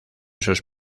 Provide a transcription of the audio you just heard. sus